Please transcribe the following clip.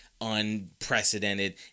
unprecedented